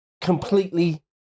completely